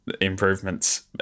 improvements